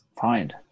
find